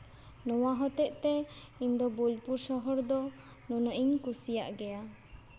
ᱱᱚᱣᱟ ᱦᱚᱛᱮᱜ ᱛᱮ ᱤᱧ ᱫᱚ ᱵᱳᱞᱯᱩᱨ ᱥᱚᱦᱚᱨ ᱫᱚ ᱱᱩᱱᱟᱹᱜ ᱤᱧ ᱠᱩᱥᱤᱭᱟᱜ ᱜᱮᱭᱟ